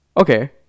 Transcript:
Okay